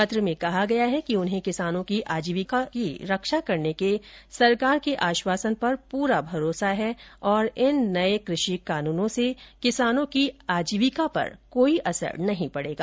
पत्र में कहा गया है कि उन्हें किसानों की आजीविका की रक्षा करने के सरकार के आश्वासन पर पूरा भरोसा है और इन नए कृषि कानूनों से किसानों की आजीविका पर कोई असर नहीं पड़ेगा